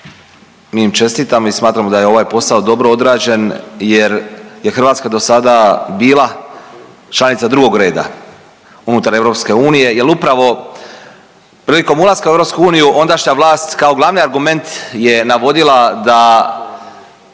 mi im čestitamo i smatramo da je ovaj posao dobro odrađen jer je Hrvatska dosada bila članica drugog reda unutar EU jer upravo prilikom ulaska u EU ondašnja vlast kao glavni argument je navodila da